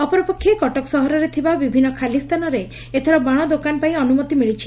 ଅପରପକ୍ଷେ କଟକ ସହରରେ ଥିବା ବିଭିନ୍ତ ଖାଲି ସ୍ସାନରେ ଏଥର ବାଶ ଦୋକାନ ପାଇଁ ଅନୁମତି ମିଳିଛି